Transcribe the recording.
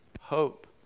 hope